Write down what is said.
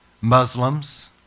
Muslims